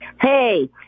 Hey